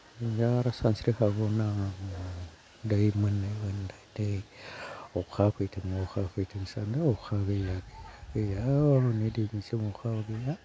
दा आरो सानस्रिखागौना दै अखा फैथों अखा फैथों सान्दों अखा गैया गैया अखा गैया